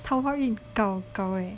桃花运 gao gao leh